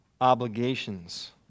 obligations